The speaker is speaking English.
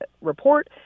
report